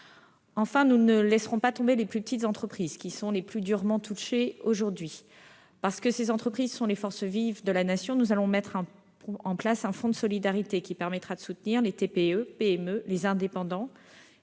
Enfin, nous ne laisserons pas tomber les plus petites entreprises, qui sont aujourd'hui les plus durement touchées. Parce que ces entreprises sont les forces vives de la Nation, nous allons mettre en place un fonds de solidarité qui permettra de soutenir les TPE-PME, les indépendants